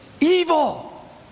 evil